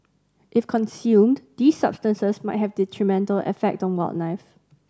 if consumed these substances might have detrimental effect on wildlife